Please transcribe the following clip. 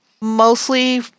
Mostly